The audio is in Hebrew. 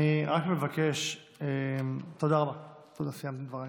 אני רק מבקש, תודה רבה, תודה, סיימת את דברייך.